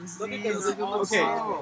okay